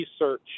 research